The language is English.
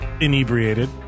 inebriated